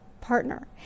partner